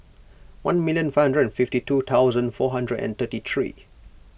one million five hundred fifty two thousand four hundred and thirty three